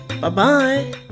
Bye-bye